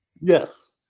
Yes